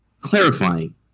clarifying